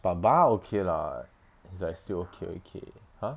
but bar okay lah is I still okay okay !huh!